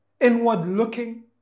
inward-looking